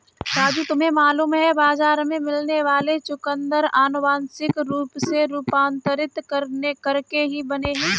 राजू तुम्हें मालूम है बाजार में मिलने वाले चुकंदर अनुवांशिक रूप से रूपांतरित करके ही बने हैं